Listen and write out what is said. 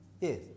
Yes